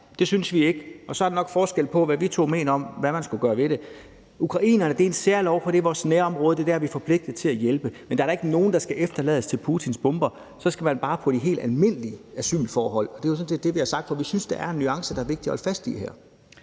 Det synes vi ikke. Så er der nok forskel på, hvad vi to mener man skal gøre ved det. Ukrainerne er her under en særlov, fordi Ukraine hører til vores nærområder, og det er der, vi er forpligtet til at hjælpe. Men der er da ikke nogen, der skal efterlades til Putins bomber, men så skal man bare komme her under helt almindelige betingelser for asyl. Det er sådan set det, vi har sagt, for vi synes, der er en nuance her, det er vigtigt at holde fast i.